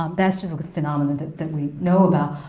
um that's just like the phenomenon that that we know about.